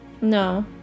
No